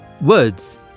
Words